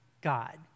God